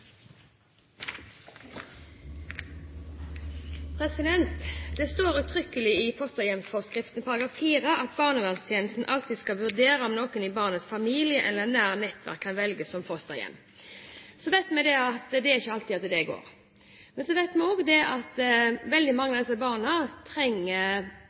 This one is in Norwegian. Det blir replikkordskifte. Det står utrykkelig i fosterhjemsforskriften, i § 4, at barnevernstjenesten alltid skal vurdere om noen i barnets familie eller nære nettverk kan velges som fosterhjem. Så vet vi at det ikke er alltid det går. Men så vet vi også at veldig mange av disse barna trenger